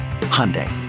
Hyundai